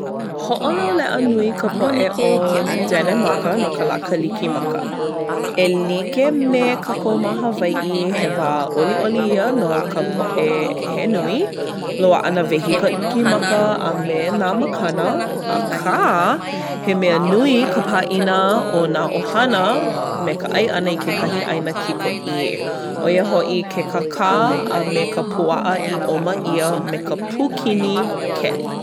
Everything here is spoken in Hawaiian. Hoʻolauleʻa nui ka poʻe o Denemaka no ka lā Kalikimaka. E like me kākou ma Hawaiʻi, he wā ʻoliʻoli ia no ka poʻe he nui. Loaʻa nā wehi Kalikimaka a me nā makana. Akā he mea nui ka pāʻina o nā ʻohana me ka ʻai ʻana i kekahi ʻaina kikoʻī. ʻO ia hoʻi ke kakā a me ka puaʻa i ʻoma ʻia me ka pūkini keli.